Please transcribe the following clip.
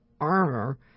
armor